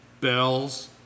Bell's